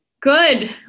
Good